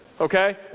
okay